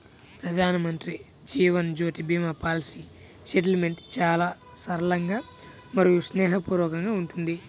ప్రధానమంత్రి Jeevan Jyoti Bima policy settlement చాలా సరళంగా మరియు స్నేహపూర్వకంగా ఉంటుంది